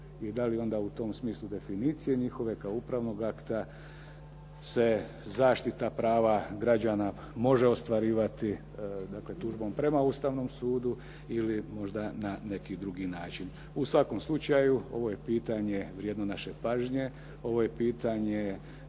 i da li onda u tom smislu definicije njihove kao upravnog akta se zaštita prava građana može ostvarivati, dakle tužbom prema Ustavnom sudu ili možda na neki drugi način. U svakom slučaju, ovo je pitanje vrijedno naše pažnje, ovo je pitanje